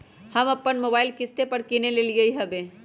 हम अप्पन मोबाइल किस्ते पर किन लेलियइ ह्बे